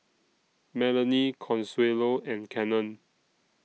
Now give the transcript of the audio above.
Melony Consuelo and Cannon